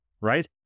right